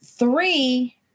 Three